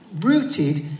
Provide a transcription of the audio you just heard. rooted